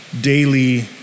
daily